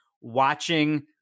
watching –